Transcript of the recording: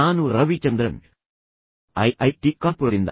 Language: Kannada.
ನಾನು ರವಿಚಂದ್ರನ್ ಐಐಟಿ ಕಾನ್ಪುರದಿಂದ